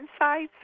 insights